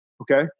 Okay